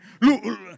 Look